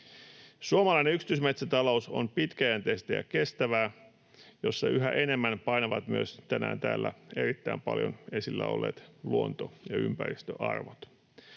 Suomalainen yksityismetsätalous on pitkäjänteistä ja kestävää, ja siinä yhä enemmän painavat myös tänään täällä erittäin paljon esillä olleet luonto- ja ympäristöarvot.